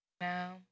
No